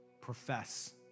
profess